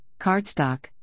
cardstock